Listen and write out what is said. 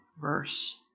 verse